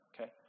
okay